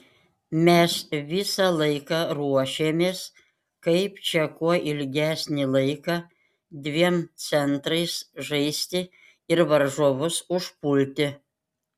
mes visą laiką ruošėmės kaip čia kuo ilgesnį laiką dviem centrais žaisti ir varžovus užpulti